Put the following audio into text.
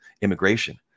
immigration